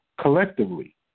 collectively